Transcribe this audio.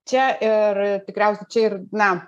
čia ir tikriausiai čia ir na